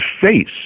face